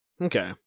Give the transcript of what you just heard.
Okay